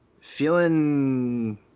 Feeling